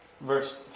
verse